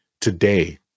Today